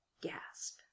gasp